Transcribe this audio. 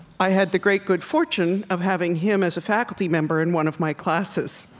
i had the great good fortune of having him as a faculty member in one of my classes.